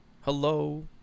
hello